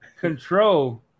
control